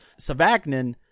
Savagnin